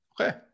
Okay